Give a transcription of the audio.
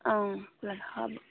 অঁ খোলা হ'ব